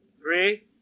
Three